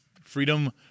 Freedom